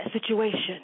situation